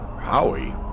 Howie